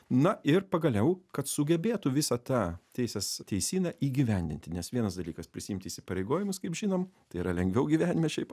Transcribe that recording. na ir pagaliau kad sugebėtų visą tą teisės teisyną įgyvendinti nes vienas dalykas prisiimti įsipareigojimus kaip žinom tai yra lengviau gyvenime šiaip